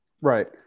right